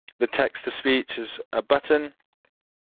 the text-to-speech is a button.